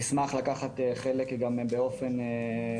ואנחנו נשמח לקחת חלק גם באופן פיזי.